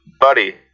buddy